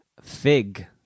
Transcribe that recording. Fig